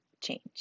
Change